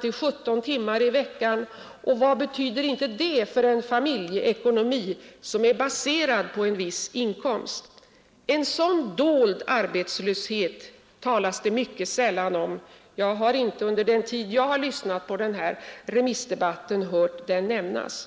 till 17 timmar i veckan. Vad betyder inte det för en familjeekonomi som är baserad på en viss inkomst? En sådan dold arbetslöshet talas det mycket sällan om, Jag har inte under den tid jag har lyssnat på den här remissdebatten hört den nämnas.